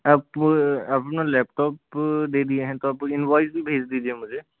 आप अपना लैपटॉप दे दिए हैं तो आप इनवाईस भी भेज दीजिए मुझे